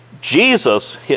Jesus